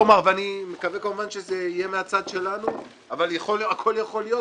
אני מקווה כמובן שזה יהיה מהצד שלנו אבל הכול יכול להיות,